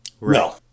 No